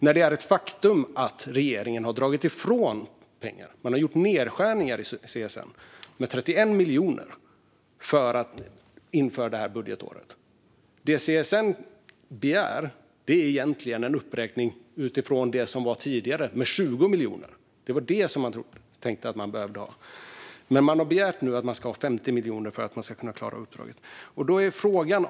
Faktum är ju att regeringen har gjort nedskärningar och dragit bort pengar från CSN inför detta budgetår. Det handlar om 31 miljoner. Det CSN begär är egentligen en uppräkning på 20 miljoner utifrån vad man hade tidigare. Det var detta man menade att man behöver. Nu har man begärt 50 miljoner för att klara uppdraget.